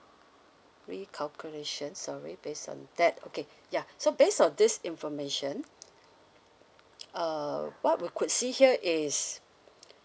recalculation sorry based on that okay yeah so based on this information uh what we could see here is